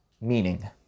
meaning